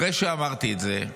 אחרי שאמרתי את זה,